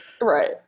Right